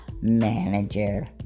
manager